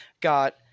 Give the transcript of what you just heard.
got